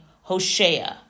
Hoshea